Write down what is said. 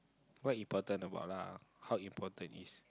what important about lah how important is